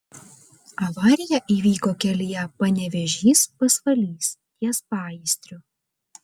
avarija įvyko kelyje panevėžys pasvalys ties paįstriu